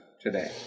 today